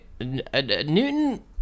Newton